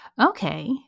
Okay